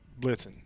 blitzing